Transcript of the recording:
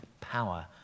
power